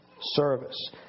service